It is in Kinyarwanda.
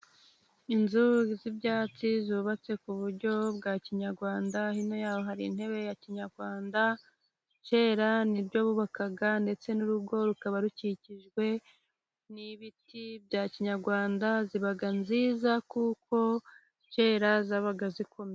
Inzu z'ibyatsi zubatse ku buryo bwa kinyarwanda, hino yaho hari intebe ya kinyarwanda, kera nibyo bubakaga ndetse n'urugo rukaba rukikijwe n'ibiti bya kinyarwanda. Zibaga nziza kuko kera zabaga zikomeye.